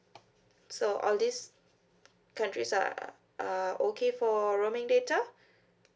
so all these countries are uh okay for roaming data